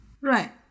Right